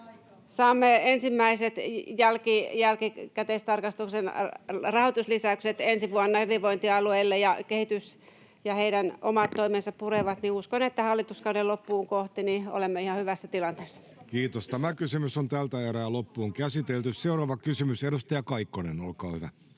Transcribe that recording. saamme ensimmäiset jälkikäteistarkastuksen rahoituslisäykset ensi vuonna hyvinvointialueille ja heidän omat toimensa purevat, niin uskon, että hallituskauden loppua kohti olemme ihan hyvässä tilanteessa. [Aki Lindén: Tuohan oli ihan eri vastaus kuin hallituksen johdolla! — Välihuutoja] Seuraava kysymys, edustaja Kaikkonen, olkaa hyvä.